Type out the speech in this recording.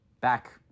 Back